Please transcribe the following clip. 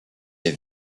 les